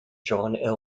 john